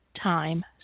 time